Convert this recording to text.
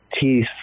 teeth